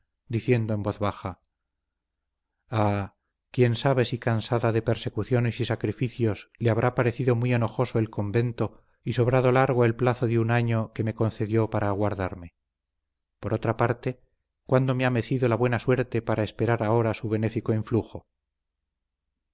diciendo en voz baja ah quién sabe si cansada de persecuciones y sacrificios le habrá parecido muy enojoso el convento y sobrado largo el plazo de un año que me concedió para aguardarme por otra parte cuándo me ha mecido la buena suerte para esperar ahora su benéfico influjo